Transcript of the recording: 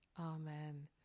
Amen